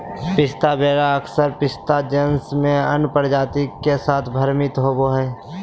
पिस्ता वेरा अक्सर पिस्ता जीनस में अन्य प्रजाति के साथ भ्रमित होबो हइ